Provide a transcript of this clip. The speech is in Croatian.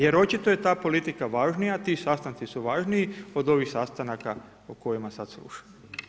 Jer očito je ta politika važnija, ti sastanci su važniji od ovih sastanaka o kojima sad slušam.